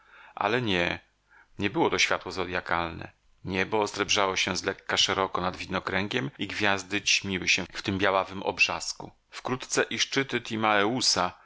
ale nie nie było to światło zodjakalne niebo osrebrzało się zlekka szeroko nad widnokręgiem i gwiazdy ćmiły się w tym białawym obrzasku wkrótce i szczyty timaeusa to